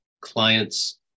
clients